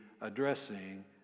addressing